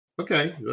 okay